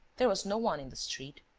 there was no one in the street.